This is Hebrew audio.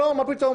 מה פתאום,